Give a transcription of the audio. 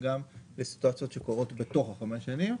גם לסיטואציות שקורות בתוך חמש השנים,